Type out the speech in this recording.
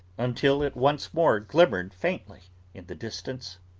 until it once more glimmered faintly in the distance,